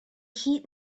heat